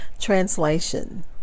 translation